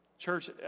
Church